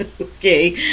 okay